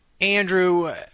Andrew